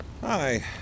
Hi